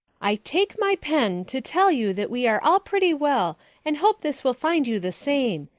i take my pen to tell you that we are all pretty well and hope this will find you the same.